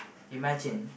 imagine